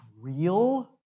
real